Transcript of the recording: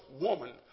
woman